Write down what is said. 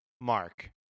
mark